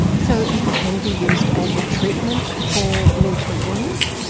so it can be used as a treatment for mental illness?